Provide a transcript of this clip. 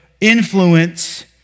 influence